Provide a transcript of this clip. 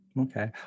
Okay